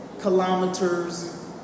kilometers